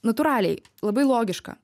natūraliai labai logiška